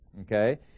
okay